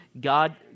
God